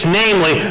namely